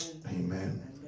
Amen